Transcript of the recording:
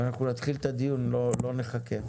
אנחנו נתחיל את הדיון, לא נחכה.